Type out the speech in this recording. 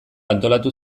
antolatu